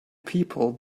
people